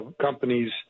companies